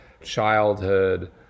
childhood